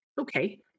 Okay